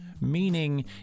Meaning